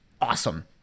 awesome